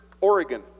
Oregon